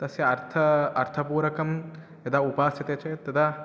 तस्य अर्थम् अर्थपूरकं यदा उपासते चेत् तदा